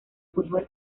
fútbol